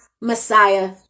Messiah